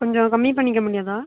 கொஞ்சம் கம்மி பண்ணிக்க முடியாதா